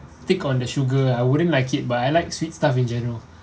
thick on the sugar ah I wouldn't like it but I like sweet stuff in general